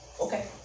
okay